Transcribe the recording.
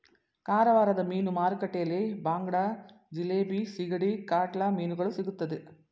ಕಾರವಾರದ ಮೀನು ಮಾರುಕಟ್ಟೆಯಲ್ಲಿ ಬಾಂಗಡ, ಜಿಲೇಬಿ, ಸಿಗಡಿ, ಕಾಟ್ಲಾ ಮೀನುಗಳು ಸಿಗುತ್ತದೆ